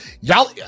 Y'all